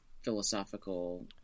philosophical